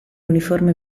uniforme